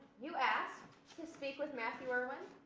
you asked to speak with matthew irwin,